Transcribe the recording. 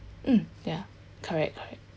mm yeah correct correct